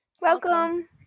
Welcome